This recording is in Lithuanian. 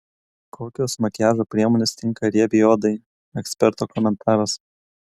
kokios makiažo priemonės tinka riebiai odai eksperto komentaras